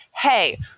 hey